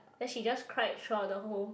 then she just cried throughout the whole